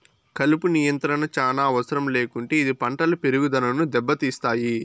కలుపు నియంత్రణ చానా అవసరం లేకుంటే ఇది పంటల పెరుగుదనను దెబ్బతీస్తాయి